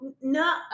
No